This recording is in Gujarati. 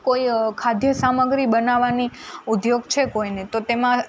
કોઈ ખાદ્ય સામગ્રી બનાવાની ઉદ્યોગ છે કોઈને તો તેમાં